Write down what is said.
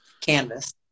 Canvas